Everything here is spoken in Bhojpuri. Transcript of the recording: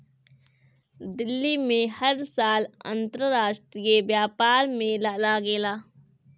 दिल्ली में हर साल अंतरराष्ट्रीय व्यापार मेला लागेला